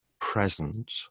present